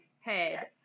head